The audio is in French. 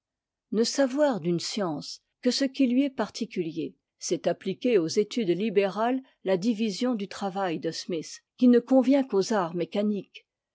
ne savoir d'une science que ce qui lui est particulier c'est appliquer aux études libérales la division du travail de smith qui ne convient qu'aux arts mécaniques